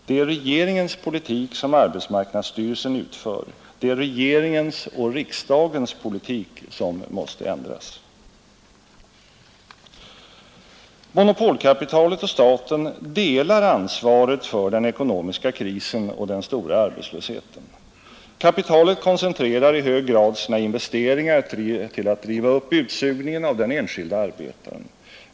Det är regeringens politik som arbetsmarknadsstyrelsen utför. Det är regeringens och riksdagens politik som måste ändras. Monopolkapitalet och staten delar ansvaret för den ekonomiska krisen och den stora arbetslösheten, Kapitalet koncentrerar i hög grad sina investeringar till att driva upp utsugningen av den enskilde arbetaren.